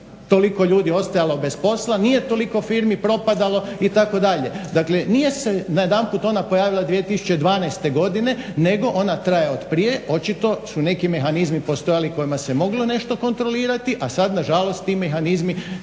toliko ljudi ostajalo bez posla, nije toliko firmi propadalo itd. Dakle, nije se najedanput ona pojavila 2012. godine nego ona traje otprije, očito su neki mehanizmi postojali kojima se moglo nešto kontrolirati, a sad nažalost ti mehanizmi